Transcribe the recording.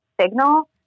signal